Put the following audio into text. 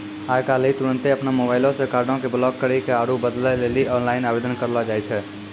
आइ काल्हि तुरन्ते अपनो मोबाइलो से कार्डो के ब्लाक करि के आरु बदलै लेली आनलाइन आवेदन करलो जाय छै